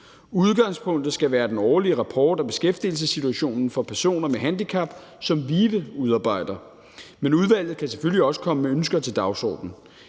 Udgangspunktet skal være den årlige rapport om beskæftigelsessituationen for personer med handicap, som VIVE udarbejder, men udvalget kan selvfølgelig også komme med ønsker til dagsordenen.